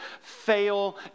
fail